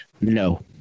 No